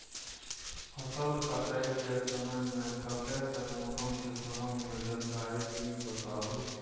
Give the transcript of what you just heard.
फसल काटय के समय मे कत्ते सॅ मौसम के संबंध मे जानकारी ली बताबू?